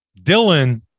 Dylan